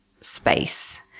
space